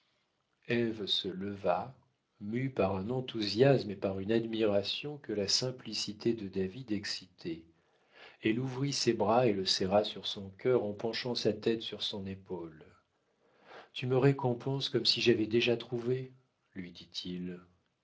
se leva mue par un enthousiasme et par une admiration que la simplicité de david excitait elle ouvrit ses bras et le serra sur son cœur en penchant sa tête sur son épaule tu me récompenses comme si j'avais déjà trouvé lui dit-il